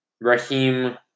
Raheem